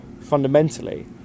fundamentally